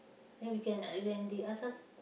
then we can uh when they ask us